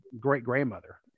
great-grandmother